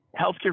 healthcare